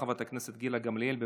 חברת הכנסת גילה גמליאל.